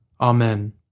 Amen